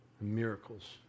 miracles